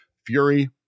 Fury